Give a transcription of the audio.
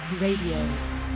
Radio